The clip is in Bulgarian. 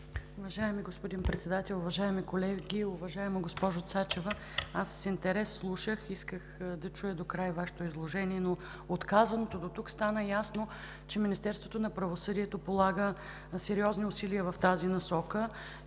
Уважаеми господин Председател, уважаеми колеги! Уважаема госпожо Цачева, с интерес слушах. Исках да чуя докрай Вашето изложение, но от казаното дотук стана ясно, че Министерството на правосъдието полага сериозни усилия в тази насока.